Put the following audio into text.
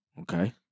Okay